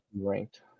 ranked